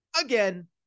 Again